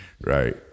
right